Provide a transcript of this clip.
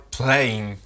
playing